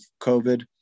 COVID